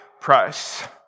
price